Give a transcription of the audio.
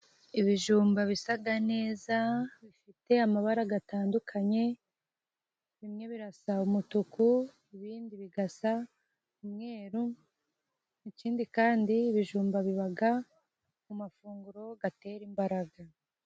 Ibijumba bisa neza bifite amabara atandukanye bimwe bisa n'umutuku ibindi bigasa n'umweru ,ikindi kandi ibijumba biba amafunguro atera imbaraga.